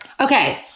Okay